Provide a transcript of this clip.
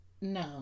No